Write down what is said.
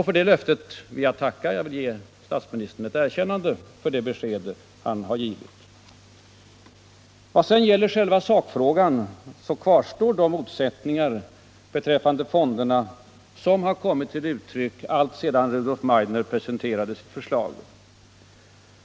För detta löfte vill jag tacka och ge statsministern ett erkännande för det besked han har givit. I själva sakfrågan kvarstår emellertid de motsättningar beträffande fonderna som kommit till uttryck alltsedan Rudolf Meidner presenterade sitt förslag.